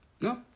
No